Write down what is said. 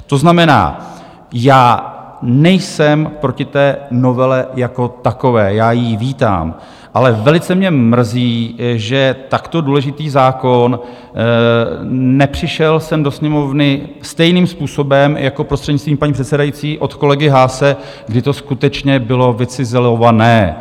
To znamená, já nejsem proti té novele jako takové, já ji vítám, ale velice mě mrzí, že takto důležitý zákon nepřišel sem do Sněmovny stejným způsobem jako, prostřednictvím paní předsedající, od kolegy Haase, kdy to skutečně bylo vycizelované.